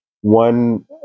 one